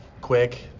quick